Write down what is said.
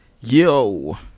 Yo